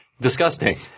disgusting